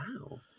wow